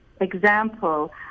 example